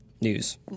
News